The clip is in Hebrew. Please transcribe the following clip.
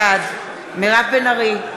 בעד מירב בן ארי,